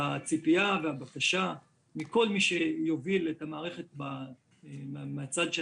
הציפייה והבקשה מכל מי שיוביל את המערכת מן הצד של